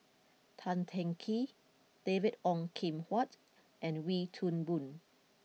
Tan Teng Kee David Ong Kim Huat and Wee Toon Boon